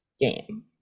game